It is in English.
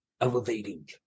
elevating